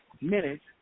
minutes